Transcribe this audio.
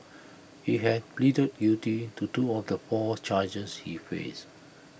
he had pleaded guilty to two of the four charges he faced